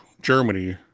Germany